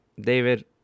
David